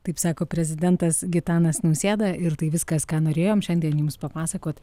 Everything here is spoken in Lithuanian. taip sako prezidentas gitanas nausėda ir tai viskas ką norėjom šiandien jums papasakot